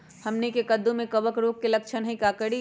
हमनी के कददु में कवक रोग के लक्षण हई का करी?